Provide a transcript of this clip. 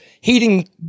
Heating